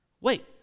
Wait